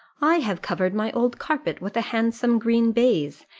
i have covered my old carpet with a handsome green baize,